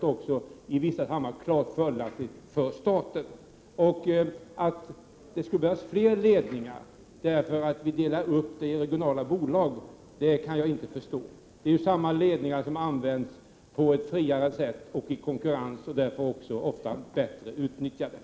I vissa sammanhang är sådant klart fördelaktigt också för staten. Att en uppdelning i regionala bolag skulle innebära att det behövdes fler ledningar kan jag inte förstå. Samma ledningar skulle ju användas — men på ett friare sätt. Konkurrensen skulle leda till en högre nyttjandegrad.